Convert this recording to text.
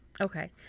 okay